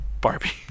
Barbie